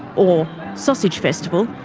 or sausage festival,